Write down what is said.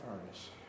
furnace